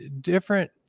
different